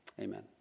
Amen